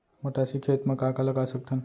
मटासी खेत म का का लगा सकथन?